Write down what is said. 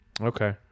okay